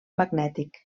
magnètic